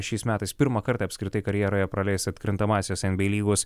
šiais metais pirmą kartą apskritai karjeroje praleis atkrintamąsias enbyei lygos